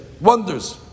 Wonders